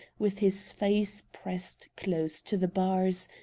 with his face pressed close to the bars,